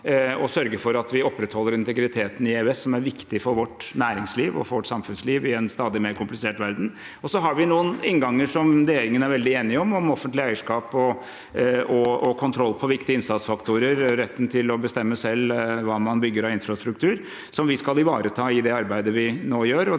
og sørge for at vi opprettholder integriteten i EØS, noe som er viktig for vårt næringsliv og for vårt samfunnsliv i en stadig mer komplisert verden. Så har vi noen innganger som regjeringen er veldig enig om, om offentlig eierskap og kontroll på viktige innsatsfaktorer og om retten til å bestemme selv hva man bygger av infrastruktur, som vi skal ivareta i det arbeidet vi nå gjør.